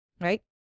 right